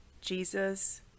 Jesus